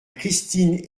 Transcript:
christine